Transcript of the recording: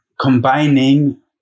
combining